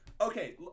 Okay